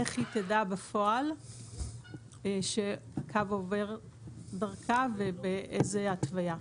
איך היא תדע בפועל שהקו עובר דרכה, ובאיזו התוויה.